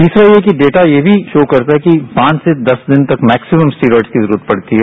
तीसरा ये कि डेटा ये भी शो करता है कि पांच से दस दिन तक मैक्सिमम् स्टेरॉयड की जरूरत पड़ती है